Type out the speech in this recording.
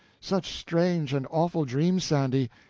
such strange and awful dreams, sandy!